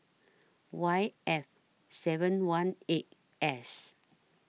Y F seven one eight S